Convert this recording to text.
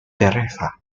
teresa